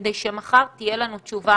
כדי שמחר תהיה לנו תשובה.